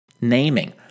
Naming